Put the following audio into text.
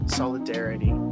solidarity